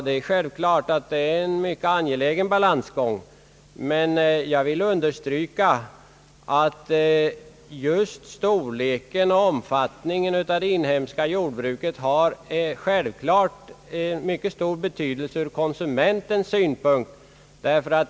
Det är självfallet en mycket angelägen balansgång, men jag vill understryka att just storleken och omfattningen av det inhemska jordbruket givetvis har mycket stor betydelse ur konsumentens synvinkel.